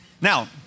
Now